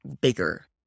bigger